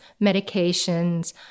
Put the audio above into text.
medications